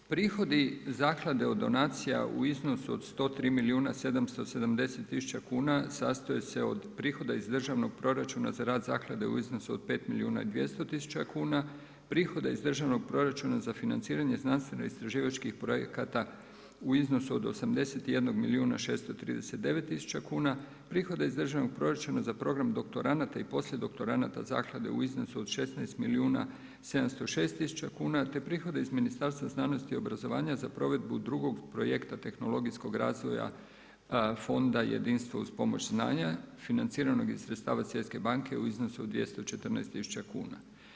Prihodi zaklade od donacija u iznosu u 103 milijuna 770 tisuća kuna sastoje se od prihoda iz državnog proračuna za rad zaklade u iznosu od 5 milijuna i 200 tisuća kuna, prihoda iz državnog proračuna za financiranje znanstveno istraživačkih projekata u iznosu od 81 milijuna 639 tisuća kuna, prihoda iz državnog proračuna za program doktoranata i poslijedoktoranata Zaklade u iznosu od 16 milijuna 706 tisuća kuna te prihoda iz Ministarstva znanosti i obrazovanja za provedbu drugog projekta tehnologijskog razvoja fonda Jedinstvo uz pomoć znanja, financiranog iz sredstava Svjetske banke u iznosu od 214 tisuća kuna.